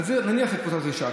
נניח את קבוצת הרכישה.